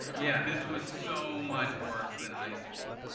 yeah. this was so much worse than high school.